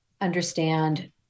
understand